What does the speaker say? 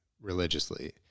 religiously